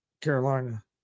Carolina